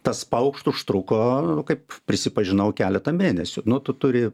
tas paukšt užtruko kaip prisipažinau keletą mėnesių nu tu turi